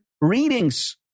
readings